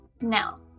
Now